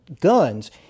guns